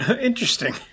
Interesting